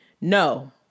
no